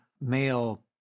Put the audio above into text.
male